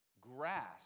grasp